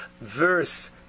verse